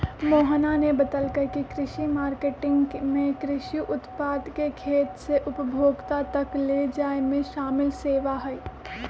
मोहना ने बतल कई की कृषि मार्केटिंग में कृषि उत्पाद के खेत से उपभोक्ता तक ले जाये में शामिल सेवा हई